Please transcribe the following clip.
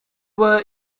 were